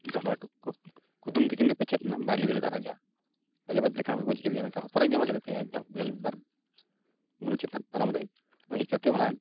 ᱢᱮᱱᱠᱷᱟᱱ ᱚᱱᱟ ᱠᱩᱫᱩᱢ ᱛᱮᱠᱤᱱ ᱯᱟᱪᱮᱫ ᱚᱱᱟ ᱵᱟᱭ ᱞᱟᱹᱭ ᱫᱟᱲᱮᱭᱟᱫᱟ ᱨᱟᱡᱟ ᱨᱟᱡᱟ ᱵᱟᱭ ᱞᱟᱹᱭ ᱫᱟᱲᱮᱭᱟᱫ ᱠᱷᱟᱱ ᱜᱚᱡ ᱠᱮᱫᱮᱭᱟ ᱢᱮᱱᱠᱷᱟᱱ ᱦᱚᱯᱚᱱ ᱮᱨᱟ ᱡᱟᱶᱟᱭ ᱞᱮᱫᱮᱭᱟ ᱜᱮᱞᱵᱟᱨ ᱵᱩᱨᱩ ᱪᱮᱛᱟᱱ ᱯᱟᱨᱚᱢ ᱨᱮ ᱩᱱᱤ ᱦᱮᱡ ᱠᱟᱛᱮᱫ ᱚᱱᱟ